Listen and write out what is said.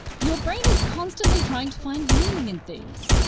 your brain is constantly trying to find meaning in things.